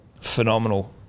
Phenomenal